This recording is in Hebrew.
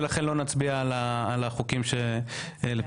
לכן לא נצביע על החוקים שלפתחנו.